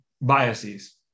biases